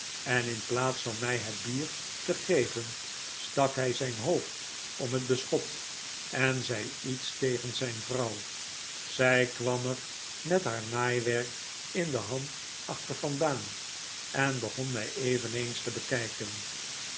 en in plaats van mij het bier te geven stak hij zijn hoofd om het beschot en zei iets tegen zijn vrouw zij kwam er met haar naaiwerk in de hand achter vandaan en begon mij eveneens te bekijken